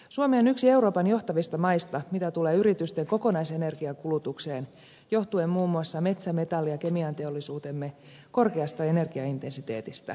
suomi on yksi euroopan johtavista maista mitä tulee yritysten kokonaisenergiankulutukseen johtuen muun muassa metsä metalli ja kemianteollisuutemme korkeasta energiaintensiteetistä